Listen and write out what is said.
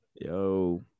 Yo